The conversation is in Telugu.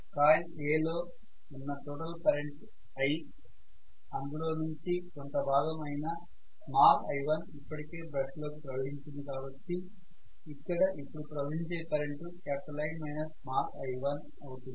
కాయిల్ A లో ఉన్న టోటల్ కరెంటు I అందులో నుంచి కొంత భాగం అయిన i1 ఇప్పటికే బ్రష్ లో కి ప్రవహించింది కాబట్టి ఇక్కడ ఇప్పుడు ప్రవహించే కరెంటు I i1 అవుతుంది